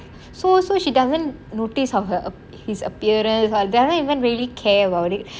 so so she doesn't notice of her his appearance doesn't even really care about it